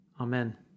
Amen